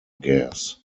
gas